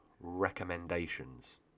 recommendations